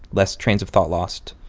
less trains of thought lost,